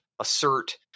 assert